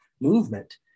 movement